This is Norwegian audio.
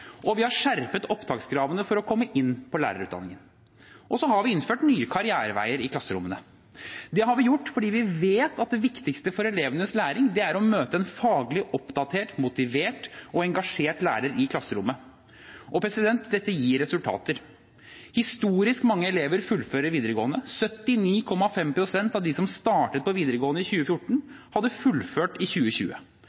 og vi har skjerpet opptakskravene for å komme inn på lærerutdanningen. Så har vi innført nye karriereveier i klasserommene. Det har vi gjort fordi vi vet at det viktigste for elevenes læring er å møte en faglig oppdatert, motivert og engasjert lærer i klasserommet. Og dette gir resultater. Historisk mange elever fullfører videregående. Av dem som startet på videregående i 2014,